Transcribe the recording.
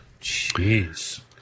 Jeez